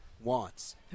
wants